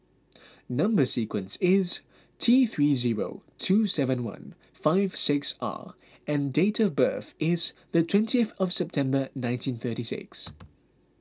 Number Sequence is T three zero two seven one five six R and date of birth is the twentieth of September nineteen thirty six